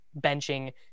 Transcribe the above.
benching